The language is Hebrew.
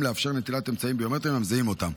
לאפשר נטילת אמצעים ביומטריים המזהים אותם.